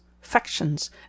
factions